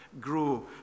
grow